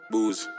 Booze